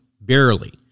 barely